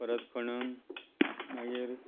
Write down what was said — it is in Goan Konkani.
परत खणून मागीर